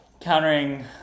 countering